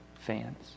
fans